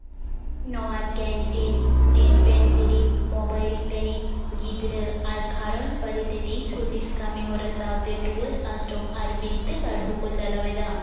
ᱱᱚᱣᱟ canteen dispensary mobile clinic ᱜᱤᱫᱽᱨᱟᱹ ᱟᱨ ᱜᱷᱟᱸᱨᱮᱡᱽ ᱵᱟᱨᱮ ᱛᱮ ᱫᱤᱥᱼᱦᱩᱫᱤᱥ ᱠᱟᱹᱢᱤ ᱦᱚᱨᱟ ᱥᱟᱶᱛᱮ ᱴᱩᱣᱟᱹᱨ ᱟᱥᱨᱚᱢ ᱟᱨ ᱵᱤᱫᱽᱫᱟᱹᱜᱟᱲ ᱦᱚᱸᱠᱚ ᱪᱟᱞᱟᱣᱮᱫᱟ